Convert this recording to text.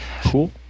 Cool